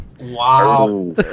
Wow